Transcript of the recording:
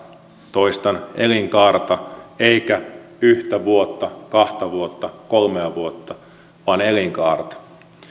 toistan elinkaarta eikä yhtä vuotta kahta vuotta kolmea vuotta vaan elinkaarta